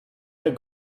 der